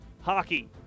hockey